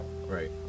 Right